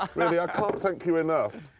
um really, i can't thank you enough.